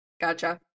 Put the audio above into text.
Gotcha